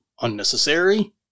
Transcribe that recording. unnecessary